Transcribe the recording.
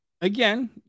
again –